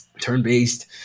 Turn-based